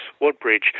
Woodbridge